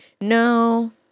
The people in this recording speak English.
No